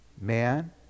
Man